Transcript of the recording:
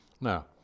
Now